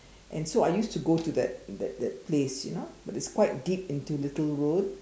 and so I used to go to that that that place you know but it's quite deep into Little Road